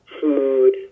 food